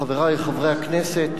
חברי חברי הכנסת,